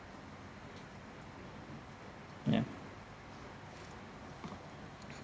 yeah